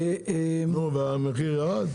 נו, ומה רע בזה?